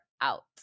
out